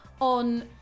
on